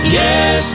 yes